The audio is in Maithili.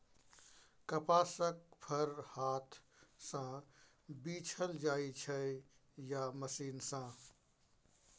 कपासक फर हाथ सँ बीछल जाइ छै या मशीन सँ